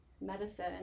medicine